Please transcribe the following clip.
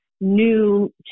new